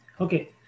Okay